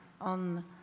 on